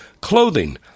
clothing